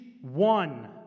one